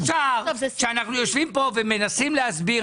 אבל אי אפשר שאנחנו יושבים פה ומנסים להסביר,